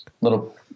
little